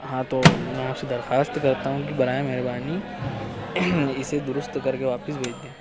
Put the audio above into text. ہاں تو میں آپ سے درخواست کرتا ہوں کہ برائے مہربانی اسے درست کر کے واپس بھیج دیں